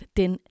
den